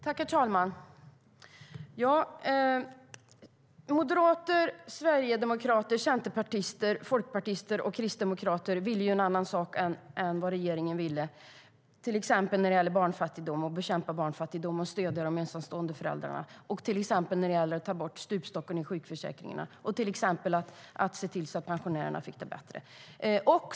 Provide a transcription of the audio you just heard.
Herr talman! Moderater, sverigedemokrater, centerpartister, folkpartister och kristdemokrater ville en annan sak än regeringen, till exempel när det gäller att bekämpa barnfattigdom, stödja ensamstående föräldrar, ta bort stupstocken i sjukförsäkringen och se till att pensionärerna får det bättre.